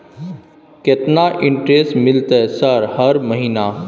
केतना इंटेरेस्ट मिलते सर हर महीना?